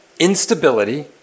instability